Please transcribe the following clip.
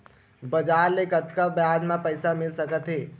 बजार ले कतका ब्याज म पईसा मिल सकत हे?